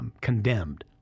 condemned